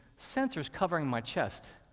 sensors covering my chest,